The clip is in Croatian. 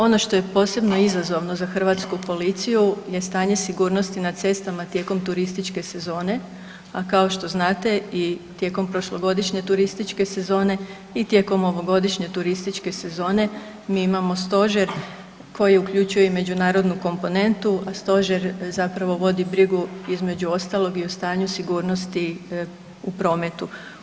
Ono što je posebno izazovno za hrvatsku policiju je stanje sigurnosti na cestama tijekom turističke sezone, a kao što znate i tijekom prošlogodišnje turističke sezone i tijekom ovogodišnje turističke sezone mi imamo stožer koji uključuje i međunarodnu komponentu, a stožer zapravo vodi brigu između ostalog i o stanju sigurnosti u prometu.